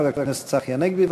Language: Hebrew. חבר הכנסת צחי הנגבי,